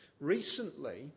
Recently